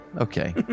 Okay